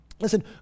Listen